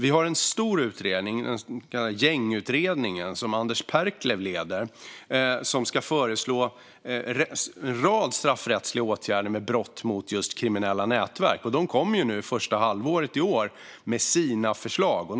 Vi har en stor utredning, den så kallade gängutredningen som Anders Perklev leder, som ska föreslå en rad straffrättsliga åtgärder gällande brott i just kriminella nätverk. Utredningen kommer med sina förslag under det första halvåret i år.